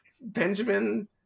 Benjamin